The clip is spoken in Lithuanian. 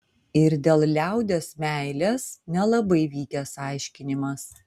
ir dėl liaudies meilės nelabai vykęs aiškinimas